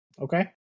Okay